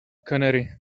canary